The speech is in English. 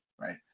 right